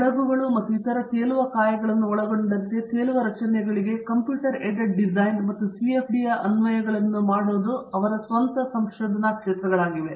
ಹಡಗುಗಳ ಮತ್ತು ಇತರ ತೇಲುವ ಕಾಯಗಳನ್ನು ಒಳಗೊಂಡಂತೆ ತೇಲುವ ರಚನೆಗಳಿಗೆ ಕಂಪ್ಯೂಟರ್ ಎಡೆಡ್ ಡಿಸೈನ್ ಮತ್ತು ಸಿಎಫ್ಡಿನ ಅನ್ವಯಗಳೇ ಅವರ ಸ್ವಂತ ಸಂಶೋಧನಾ ಕ್ಷೇತ್ರಗಳಾಗಿವೆ